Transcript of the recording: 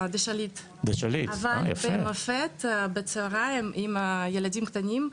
בי"ס דה שליט, במופ"ת בצוהריים עם ילדים קטנים,